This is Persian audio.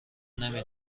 نمی